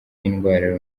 y’indwara